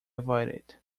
avoided